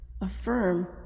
affirm